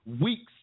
weeks